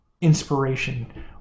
inspiration